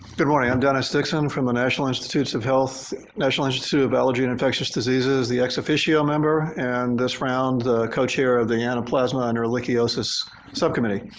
morning. i'm dennis dixon from the national institutes of health, national institute of allergy and infectious diseases, the ex officio member and this round the co-chair of the anaplasma and ehrlichiosis subcommittee.